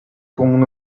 común